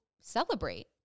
celebrate